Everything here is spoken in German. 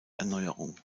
erneuerung